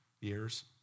years